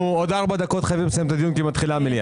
אנחנו עוד ארבע דקות חייבים לסיים את הדיון כי מתחילה המליאה.